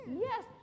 Yes